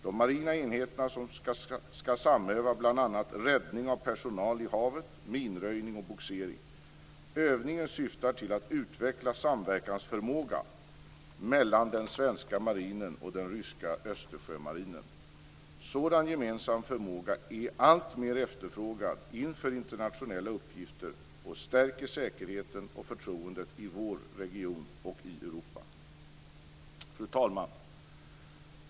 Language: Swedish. De marina enheterna ska samöva bl.a. räddning av personal i havet, minröjning och bogsering. Övningen syftar till att utveckla samverkansförmåga mellan den svenska marinen och den ryska Östersjömarinen. Sådan gemensam förmåga är alltmer efterfrågad inför internationella uppgifter och stärker säkerheten och förtroendet i vår region och i Europa. Fru talman!